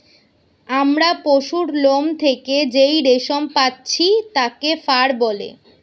আমরা পশুর লোম থেকে যেই রেশম পাচ্ছি তাকে ফার বলে